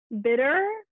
bitter